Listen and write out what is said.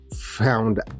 found